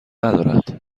ندارد